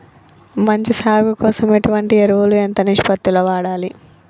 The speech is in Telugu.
మంచి సాగు కోసం ఎటువంటి ఎరువులు ఎంత నిష్పత్తి లో వాడాలి?